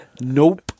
Nope